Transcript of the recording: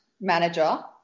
manager